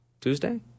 Tuesday